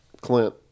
Clint